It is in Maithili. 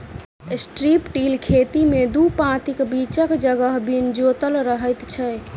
स्ट्रिप टिल खेती मे दू पाँतीक बीचक जगह बिन जोतल रहैत छै